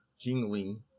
jingling